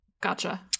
Gotcha